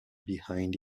behind